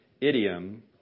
idiom